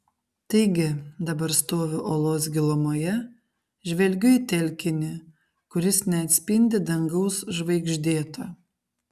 taigi dabar stoviu olos gilumoje žvelgiu į telkinį kuris neatspindi dangaus žvaigždėto